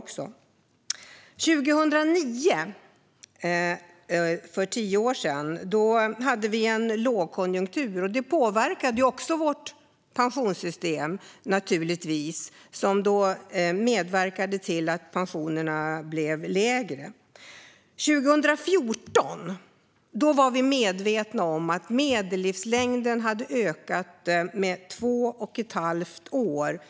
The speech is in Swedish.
År 2009, för tio år sedan, hade vi en lågkonjunktur, och det påverkade naturligtvis också vårt pensionssystem. Det medverkade till att pensionerna blev lägre. År 2014 var vi medvetna om att medellivslängden hade ökat med två och ett halvt år